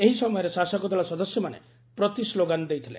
ଏହି ସମୟରେ ଶାସକ ଦଳ ସଦସ୍ୟମାନେ ପ୍ରତି ସ୍କୋଗାନ ଦେଇଥିଲେ